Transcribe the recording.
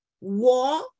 war